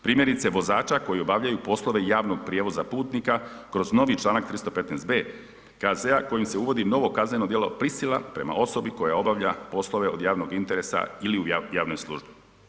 Primjerice vozača koji obavljaju poslove javnog prijevoza putnika kroz novi članak 315.b KZ-a kojim se uvodi novo kazneno djelo prisila prema osobi koja obavlja poslove od javnog interesa ili u javnoj službi.